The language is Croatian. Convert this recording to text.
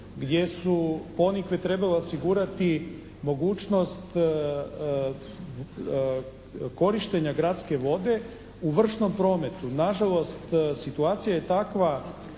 gdje su Ponikve trebale osigurati mogućnost korištenja gradske vode u vršnom prometu. Nažalost situacija je takva